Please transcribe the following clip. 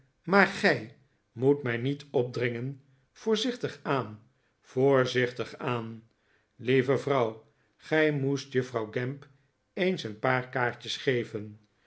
maar gij moet mij niet opdringen voorzichtig aan voorzichtig aan lieve vrouw gij moest juffrouw gamp eens een paar kaartjes geven